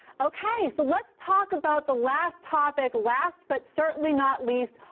ok. so let's talk about the last topic, last but certainly not least,